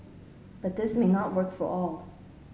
but this may not work for all